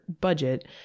budget